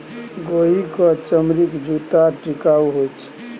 गोहि क चमड़ीक जूत्ता टिकाउ होए छै